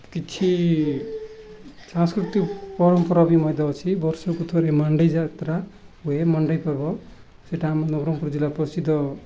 କିଛି ସାଂସ୍କୃତିକ ପରମ୍ପରା ବି ମଧ୍ୟ ଅଛି ବର୍ଷକୁ ଥରେ ମଣ୍ଡେଇ ଯାତ୍ରା ହୁଏ ମଣ୍ଡେଇ ପର୍ବ ସେଇଟା ଆମ ନବରଙ୍ଗପୁର ଜିଲ୍ଲା ପ୍ରସିଦ୍ଧ